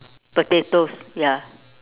potatoes ya